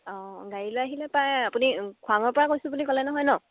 অঁ গাড়ী লৈ আহিলে পায় আপুনি খোৱাাঙৰ পৰা কৈছোঁ বুলি ক'লে নহয় নহ্